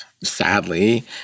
sadly